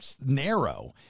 narrow